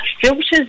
filters